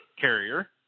carrier